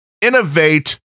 innovate